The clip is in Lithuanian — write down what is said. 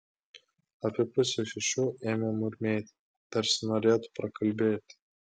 apie pusę šešių ėmė murmėti tarsi norėtų prakalbėti